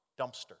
dumpster